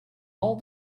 all